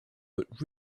but